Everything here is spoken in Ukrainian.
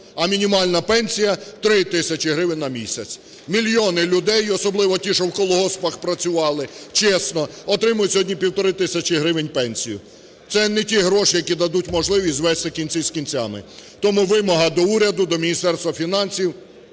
а мінімальна пенсія 3 тисячі гривень на місяць. Мільйони людей, особливо ті, що в колгоспах працювали чесно, отримують сьогодні півтори тисячі гривень пенсію, це не ті гроші, які дадуть можливість звести кінці з кінцями. Тому вимога до уряду, до Міністерства фінансів,